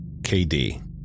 KD